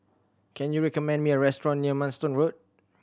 can you recommend me a restaurant near Manston Road